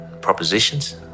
propositions